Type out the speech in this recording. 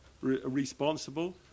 responsible